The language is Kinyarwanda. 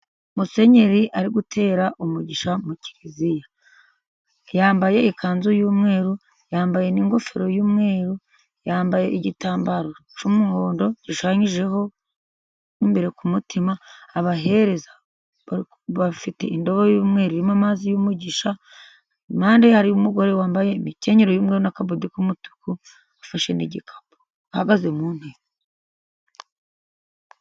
Musenyeri ari gutera umugisha mu kiliziya yambaye ikanzu y'umweru, yambaye n'ingofero y'umweru, yambaye igitambaro cy'umuhondo gishushanyijeho imbere ku mutima , abahereza bafite indobo y'umweru irimo amazi y'umugisha. Impande hariho umugore wambaye imikenyero y'umweru n'akabodi k'umutuku, afashe n'igikapu ahagaze mu ntebe.